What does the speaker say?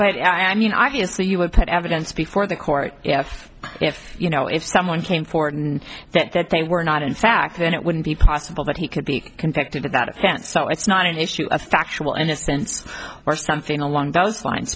but i mean obviously you would put evidence before the court if if you know if someone came forward and that that they were not in fact then it wouldn't be possible that he could be convicted of that offense so it's not an issue of factual innocence or something along those lines